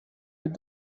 with